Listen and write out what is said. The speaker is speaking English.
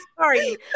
sorry